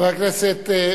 חבר הכנסת מולה,